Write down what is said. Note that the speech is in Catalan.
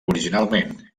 originalment